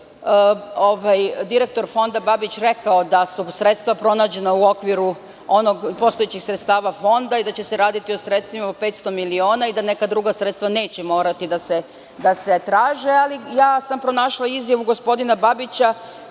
direktor Fonda Babić rekao da su sredstva pronađena u okviru postojećih sredstava Fonda i da će se raditi o sredstvima od 500 miliona i da neka druga sredstva neće morati da se traže, ali pronašla sam izjavu gospodina Babića